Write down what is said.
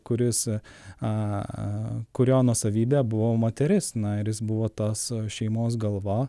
kuris a kurio nuosavybė buvo moteris na ir jis buvo tas šeimos galva